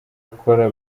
akora